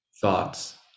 thoughts